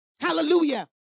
Hallelujah